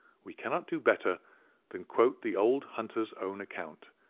we cannot do better than quote the old hunter's own account,